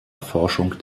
erforschung